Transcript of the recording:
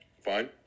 fine